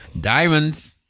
diamonds